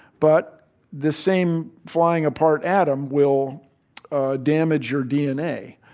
but the same flying apart atom will damage your dna.